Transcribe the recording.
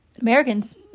Americans